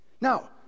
Now